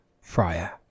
Fryer